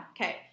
Okay